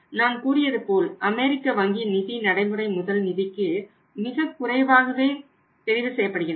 நான் கூறியது போல் அமெரிக்க வங்கி நிதி நடைமுறை முதல் நிதிக்கு மிகக் குறைவாகவே தெரிவு செய்யப்படுகின்றன